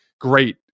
great